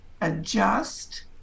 adjust